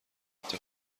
ثبت